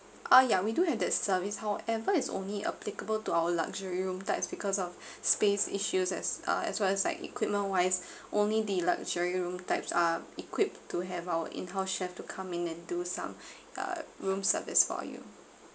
uh yeah we do have that service however it's only applicable to our luxury room that is because of space issues as uh as well as like equipment wise only the luxury room types are equipped to have our in house chef to come in and do some uh room service for you